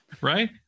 right